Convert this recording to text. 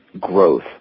growth